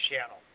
channel